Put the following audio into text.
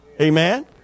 Amen